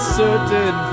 certain